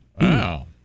wow